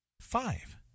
five